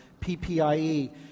PPIE